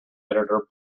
editor